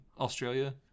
Australia